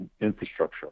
infrastructure